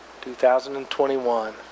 2021